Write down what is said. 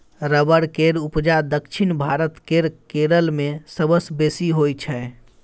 rubber केर उपजा दक्षिण भारत केर केरल मे सबसँ बेसी होइ छै